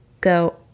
go